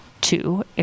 two